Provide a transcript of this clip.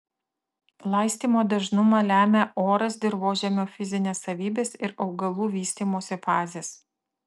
laistymo dažnumą lemia oras dirvožemio fizinės savybės ir augalų vystymosi fazės